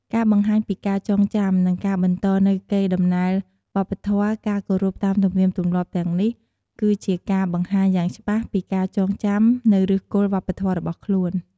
ការបង្ហាញពីការចងចាំ និងការបន្តនូវកេរដំណែលវប្បធម៌ ការគោរពតាមទំនៀមទម្លាប់ទាំងនេះ គឺជាការបង្ហាញយ៉ាងច្បាស់ពីការចងចាំនូវឫសគល់វប្បធម៌របស់ខ្លួន។